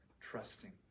trusting